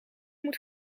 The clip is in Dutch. moet